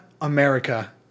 America